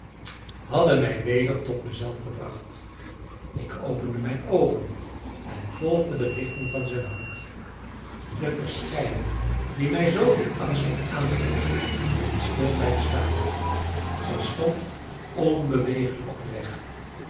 hadden mij weder tot mezelf gebracht ik opende mijn oogen en volgde de richting van zijn hand de verschijning die mij zooveel angst had aangejaagd was stil blijven staan zij stond onbeweeglijk op den weg